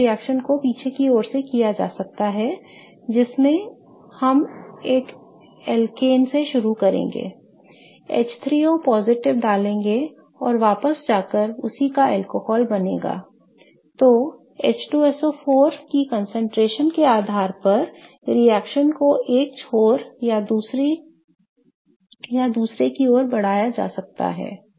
अब इसी रिएक्शन को पीछे की ओर से किया जा सकता है जिसमें हम एक एल्केन से शुरू करेंगे H3O डालेंगे और वापस जाकर उसी का एल्कोहल बनेगा I तो H2SO4 की concentration के आधार पर रिएक्शन को एक छोर या दूसरे की ओर बढ़ाया जा सकता है